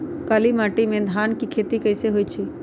काली माटी में धान के खेती कईसे होइ छइ?